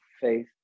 faith